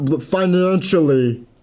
Financially